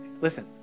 listen